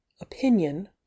opinion